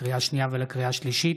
לקריאה השנייה ולקריאה השלישית,